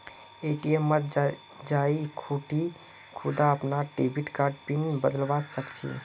ATM मत जाइ खूना टी खुद अपनार डेबिट कार्डर पिन बदलवा सख छि